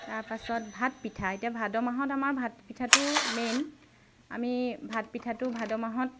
তাৰপাছত ভাত পিঠা এতিয়া ভাদ মাহত আমাৰ ভাত পিঠাটো মেইন আমি ভাত পিঠাটো ভাদ মাহত